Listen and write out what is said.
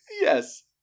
Yes